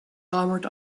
armored